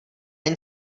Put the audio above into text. jen